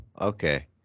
okay